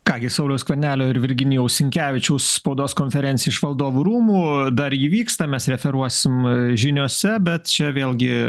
ką gi sauliaus skvernelio ir virginijaus sinkevičiaus spaudos konferencija iš valdovų rūmų dar ji vyksta mes referuosim žiniose bet čia vėlgi